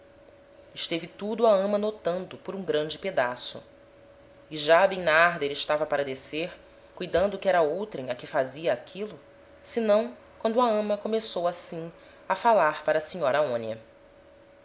esteve tudo a ama notando por um grande pedaço e já bimnarder estava para descer cuidando que era outrem a que fazia aquilo senão quando a ama começou assim a falar para a senhora aonia